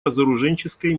разоруженческой